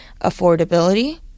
affordability